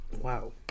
Wow